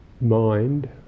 mind